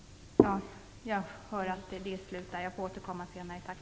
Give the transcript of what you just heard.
Jag ser att min taletid är slut. Jag får återkomma senare. Tack!